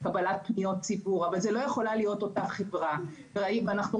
במהלך הדיונים ביקשנו הרבה פעמים שייקבע